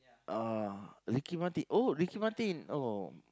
uh Ricky-Martin oh Ricky-Martin oh